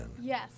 yes